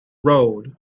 road